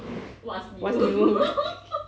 what's new